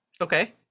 Okay